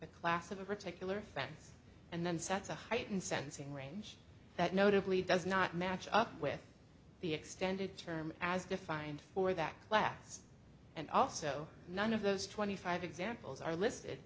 a class of a particular offense and then sets a heightened sense in range that notably does not match up with the extended term as defined for that class and also none of those twenty five examples are listed